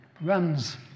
runs